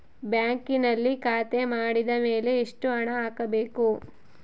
ಬ್ಯಾಂಕಿನಲ್ಲಿ ಖಾತೆ ಮಾಡಿದ ಮೇಲೆ ಎಷ್ಟು ಹಣ ಹಾಕಬೇಕು?